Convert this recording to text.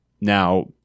Now